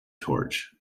torch